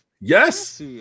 yes